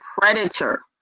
predator